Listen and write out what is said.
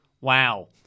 Wow